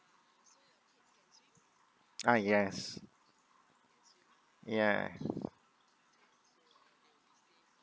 ah yes yeah